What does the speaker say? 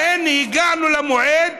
והינה, הגענו למועד.